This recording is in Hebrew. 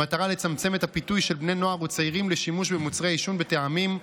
במטרה לצמצם את הפיתוי של בני נוער וצעירים לשימוש במוצרי עישון בטעמים,